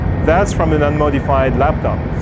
that's from an unmodified laptop.